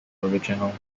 original